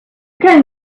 can